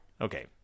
Okay